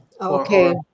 Okay